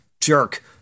jerk